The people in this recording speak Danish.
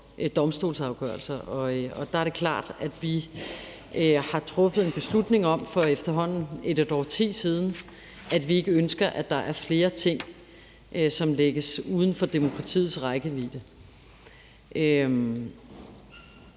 domstolsafgørelser. Der er det klart, at vi for efterhånden et årti siden har truffet en beslutning om, at vi ikke ønsker, at der er flere ting, som lægges uden for demokratiets rækkevidde.